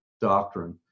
doctrine